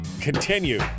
continue